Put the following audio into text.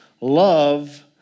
Love